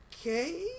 okay